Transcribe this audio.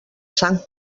sang